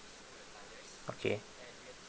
okay